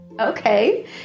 Okay